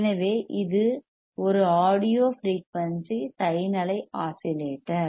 எனவே இது ஒரு ஆடியோ ஃபிரெயூனிசி சைன் அலை ஆஸிலேட்டர்